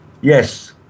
Yes